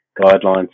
guidelines